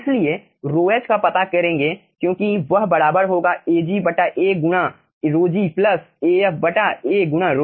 इसलिए ρh का पता करेंगे क्योंकि वह बराबर होगा Ag बटा A गुणा ρg प्लस Af बटा A गुणा ρf